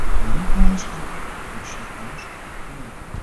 nereikia aiškinti ir šiaip aišku kaip dieną